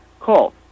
Call